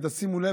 ותשימו לב,